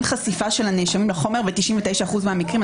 אין החשיפה של הנאשמים לחומר ב-99% מהמקרים.